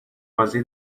بازی